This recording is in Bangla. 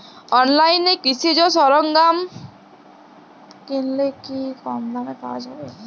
অনলাইনে কৃষিজ সরজ্ঞাম কিনলে কি কমদামে পাওয়া যাবে?